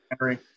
Henry